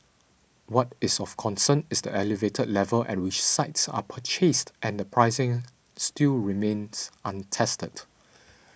what is of concern is the elevated level at which sites are purchased and the pricing still remains untested